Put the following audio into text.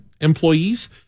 employees